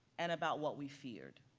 and about what we feared